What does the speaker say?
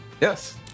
Yes